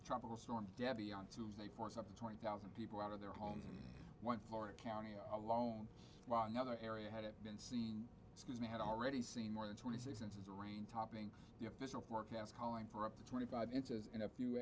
from tropical storm debby on tuesday for some twenty thousand people out of their homes in one florida county alone while another area had it been seen excuse me had already seen more than twenty six inches of rain topping the official forecast calling for up to twenty five inches in a few